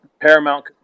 paramount